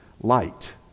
light